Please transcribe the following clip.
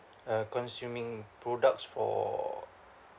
uh consuming products for